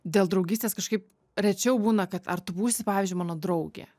dėl draugystės kažkaip rečiau būna kad ar tu būsi pavyzdžiui mano draugė